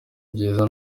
byiza